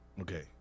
Okay